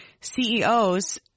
CEOs